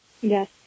Yes